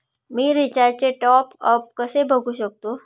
मी रिचार्जचे टॉपअप कसे बघू शकतो?